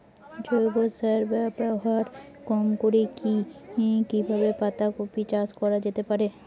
জৈব সার ব্যবহার কম করে কি কিভাবে পাতা কপি চাষ করা যেতে পারে?